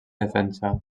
defensa